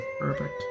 Perfect